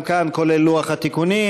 גם כאן כולל לוח התיקונים.